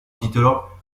titolo